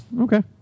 Okay